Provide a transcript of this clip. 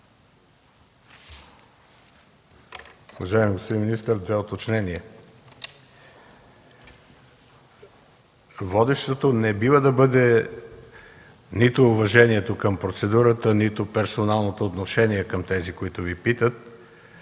Уважаеми господин министър, две уточнения. Водещото не бива да бъде нито уважението към процедурата, нито персоналното отношение към тези, които Ви питат,